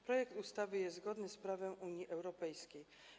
Projekt ustawy jest zgodny z prawem Unii Europejskiej.